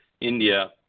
India